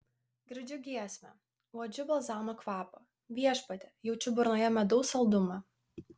girdžiu giesmę uodžiu balzamo kvapą viešpatie jaučiu burnoje medaus saldumą